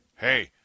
Hey